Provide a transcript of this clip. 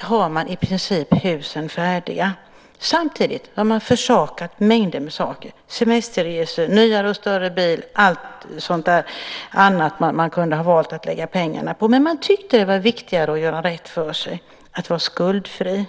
har man i princip husen färdiga. Samtidigt har man försakat mängder med saker - semesterresor, nyare och större bil, allt annat som man kunde ha valt att lägga pengarna på. Men man har tyckt att det var viktigare att göra rätt för sig och att vara skuldfri.